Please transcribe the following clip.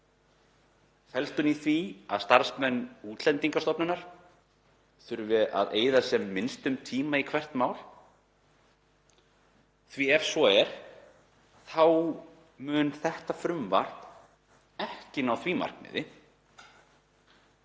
Felst hún í því að starfsmenn Útlendingastofnunar þurfi að eyða sem minnstum tíma í hvert mál? Ef svo er þá mun þetta frumvarp ekki ná því markmiði.